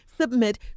Submit